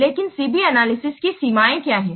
लेकिन C B analysis की सीमाएं क्या हैं